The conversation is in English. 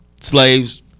Slaves